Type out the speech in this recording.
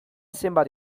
zenbat